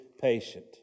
patient